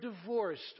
divorced